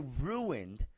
ruined